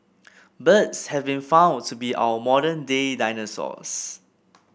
birds have been found to be our modern day dinosaurs